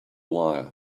wire